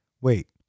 wait